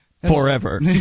Forever